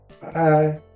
Bye